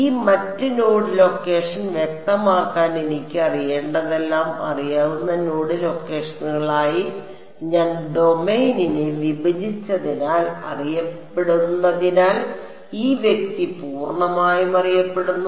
ഈ മറ്റ് node location വ്യക്തമാക്കാൻ എനിക്ക് അറിയേണ്ടതെല്ലാം അറിയാവുന്ന നോഡ് ലൊക്കേഷനുകളായി ഞാൻ ഡൊമെയ്നിനെ വിഭജിച്ചതിനാൽ അറിയപ്പെടുന്നതിനാൽ ഈ വ്യക്തി പൂർണ്ണമായും അറിയപ്പെടുന്നു